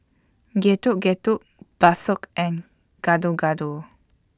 Getuk Getuk Bakso and Gado Gado